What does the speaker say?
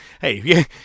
Hey